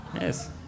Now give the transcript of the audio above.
yes